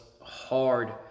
hard